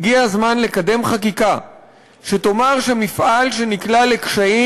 הגיע הזמן לקדם חקיקה שתאמר שמפעל שנקלע לקשיים,